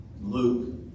Luke